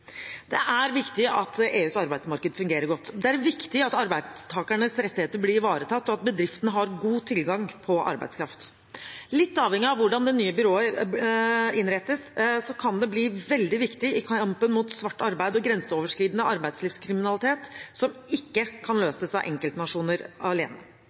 Det er viktig at EUs arbeidsmarked fungerer godt. Det er viktig at arbeidstakernes rettigheter blir ivaretatt, og at bedriftene har god tilgang på arbeidskraft. Litt avhengig av hvordan det nye byrået innrettes, kan det bli veldig viktig i kampen mot svart arbeid og grenseoverskridende arbeidslivskriminalitet, som ikke kan løses av enkeltnasjoner alene.